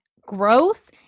gross